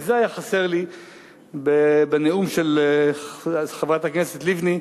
רק זה היה חסר לי בנאום של חברת הכנסת לבני,